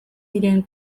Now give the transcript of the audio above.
diren